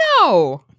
no